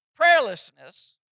prayerlessness